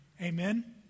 Amen